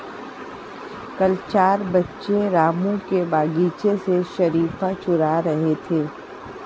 कल चार बच्चे रामू के बगीचे से शरीफा चूरा रहे थे